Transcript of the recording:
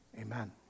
amen